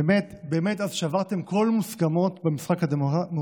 באמת אז שברתם כל מוסכמות במשחק הדמוקרטי,